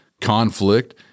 conflict